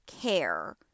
care